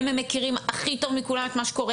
הם מכירים הכי טוב מכולם את מה שקורה.